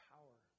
Power